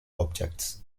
objects